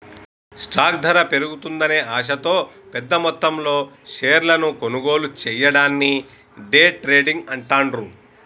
stock ధర పెరుగుతుందనే ఆశతో పెద్దమొత్తంలో షేర్లను కొనుగోలు చెయ్యడాన్ని డే ట్రేడింగ్ అంటాండ్రు